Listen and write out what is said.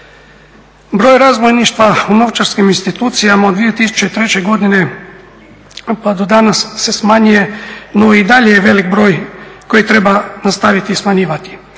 Broj razbojništva u novčarskim institucijama od 2003. godine pa do danas se smanjuje no i dalje je velik broj koji treba nastaviti smanjivati.